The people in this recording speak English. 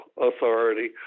authority